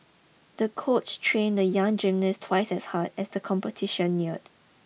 the coach trained the young gymnast twice as hard as the competition neared